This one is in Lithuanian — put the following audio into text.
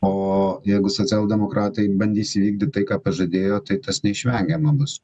o jeigu socialdemokratai bandys įvykdyt tai ką pažadėjo tai tas neišvengiama bus